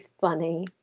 funny